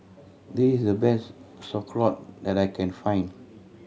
this is the best Sauerkraut that I can find